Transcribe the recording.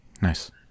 Nice